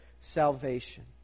salvation